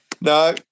No